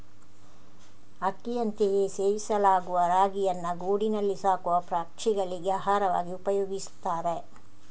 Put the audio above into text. ಅಕ್ಕಿಯಂತೆಯೇ ಸೇವಿಸಲಾಗುವ ರಾಗಿಯನ್ನ ಗೂಡಿನಲ್ಲಿ ಸಾಕುವ ಪಕ್ಷಿಗಳಿಗೆ ಆಹಾರವಾಗಿ ಉಪಯೋಗಿಸ್ತಾರೆ